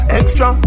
extra